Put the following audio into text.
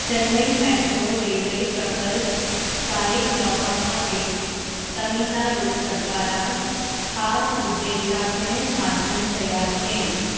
Chennai metro railway प्रकल्प चालीक लावपा खातीर तमिलनाडू सरकारान खास उद्देशाचें माध्यम तयार केलें